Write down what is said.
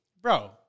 Bro